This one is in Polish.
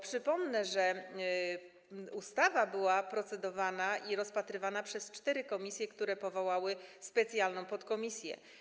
Przypomnę, że ustawa była procedowana i rozpatrywana przez cztery komisje, które powołały specjalną podkomisję.